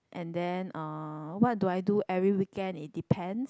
and then uh what do I do every weekend it depends